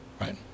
right